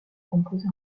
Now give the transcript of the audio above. composé